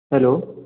hello